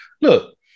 Look